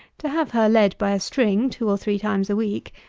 to have her led by a string, two or three times a week,